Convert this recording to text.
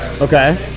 Okay